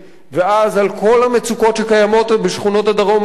ואז על כל המצוקות שקיימות בשכונות הדרום היום,